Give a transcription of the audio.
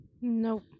Nope